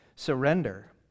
surrender